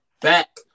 back